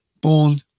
Born